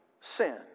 sin